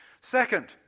Second